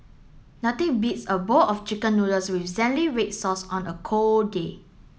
nothing beats a bowl of chicken noodles with zingy red sauce on a cold day